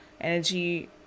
energy